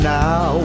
now